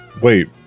Wait